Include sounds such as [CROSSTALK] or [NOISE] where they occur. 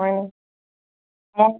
অঁ [UNINTELLIGIBLE]